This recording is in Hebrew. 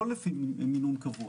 לא לפי מינון קבוע,